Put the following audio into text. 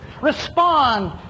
respond